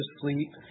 sleep